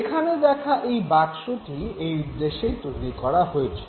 এখানে দেখা এই বাক্সটি এই উদ্দেশ্যেই তৈরি করা হয়েছিল